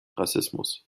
rassismus